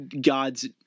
God's